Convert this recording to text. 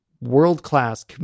world-class